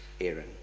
Aaron